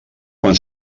quan